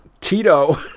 Tito